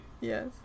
Yes